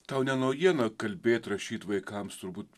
tau ne naujiena kalbėt rašyt vaikams turbūt